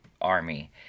army